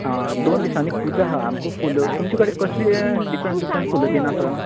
आ दोन दिसांंनी पुजा आसा आमकां फुलां तुमचे कडेन कसलें डिफरंट डिफरंट फूल बिन आसा